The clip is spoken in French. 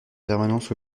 permanence